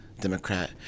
Democrat